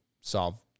solve